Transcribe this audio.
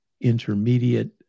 intermediate